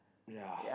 ya